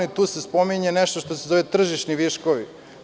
Tu se spominje nešto što se zove – tržišni viškovi.